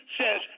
says